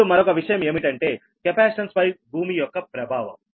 ఇప్పుడు మరొక విషయం ఏమిటంటే కెపాసిటెన్స్ పై భూమి యొక్క ప్రభావం